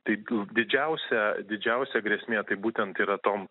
tai du didžiausia didžiausia grėsmė tai būtent yra tom